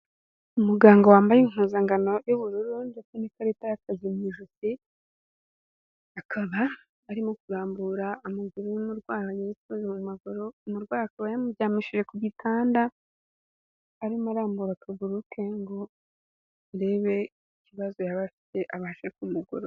Umuganga wambaye impuzangano y'ubururu ndetse n'ikarita yakazi mu ijosi, akaba arimo kurambura amaguru y'umurwayi wikoze mu maguru, umurwayi akaba yamuryamishije ku gitanda, arimo arambura akaguru ke ngo arebe ikibazo yaba afite abashe kumugorora.